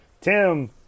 Tim